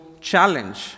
challenge